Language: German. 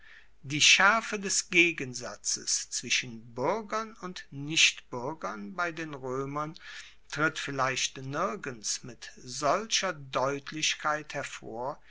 die schaerfe des gegensatzes zwischen buergern und nichtbuergern bei den roemern tritt vielleicht nirgends mit solcher deutlichkeit hervor